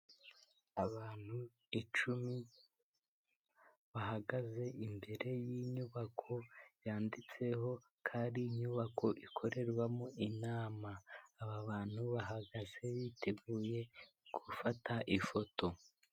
Abantu icumi, bahagaze imbere y'inyubako yanditseho ko ari inyubako ikorerwamo inama. Aba bantu, bahagaze biteguye gufata ifoto.